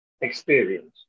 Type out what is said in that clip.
Experience